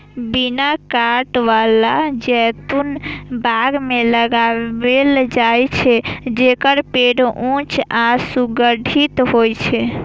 बिना कांट बला जैतून बाग मे लगाओल जाइ छै, जेकर पेड़ ऊंच आ सुगठित होइ छै